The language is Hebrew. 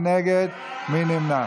מי נגד?